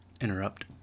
interrupt